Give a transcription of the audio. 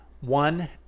One